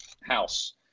house